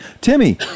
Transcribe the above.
Timmy